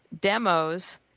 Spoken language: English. demos